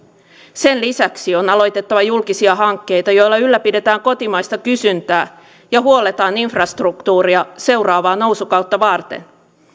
sen lisäksi on aloitettava julkisia hankkeita joilla ylläpidetään kotimaista kysyntää ja huolletaan infrastruktuuria seuraavaa nousukautta varten